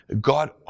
God